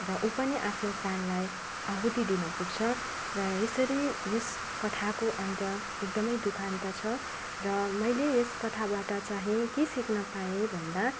र ऊ पनि आफ्नो प्राणलाई आहुति दिन पुग्छ र यसरी यस कथाको अन्त एकदमै दुःखान्त छ र मैले यस कथाबाट चाहिँ के सिक्न पाएँ भन्दा